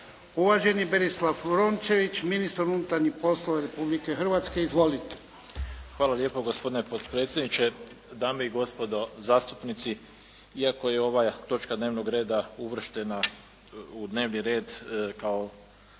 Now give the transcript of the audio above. Uvaženi Berislav Rončević, ministar unutarnjih poslova Republike Hrvatske. Izvolite. **Rončević, Berislav (HDZ)** Hvala lijepo gospodine potpredsjedniče, dame i gospodo zastupnici. Iako je ova točka dnevnog reda uvrštena u dnevni red kao objedinjeno